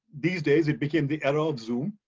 these days, it became the era of zoom.